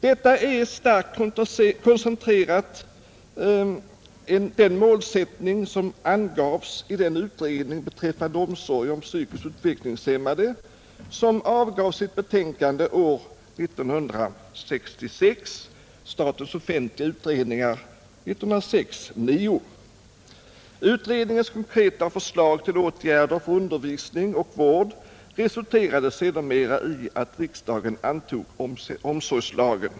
Detta är starkt koncentrerat den målsättning som angavs i den utredning beträffande omsorger om psykiskt utvecklingshämmade, som avgav sitt betänkande år 1966, SOU 1966:9. Utredningens konkreta förslag till åtgärder för undervisning och vård resulterade sedermera i att riksdagen antog omsorgslagen.